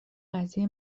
قضیه